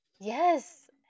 Yes